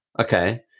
okay